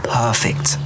perfect